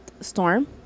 storm